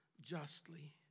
justly